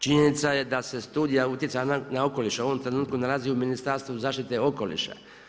Činjenica da se studija utjecaja na okoliš u ovom trenutku nalazi u Ministarstvu zaštite okoliša.